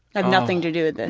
and nothing to do with this.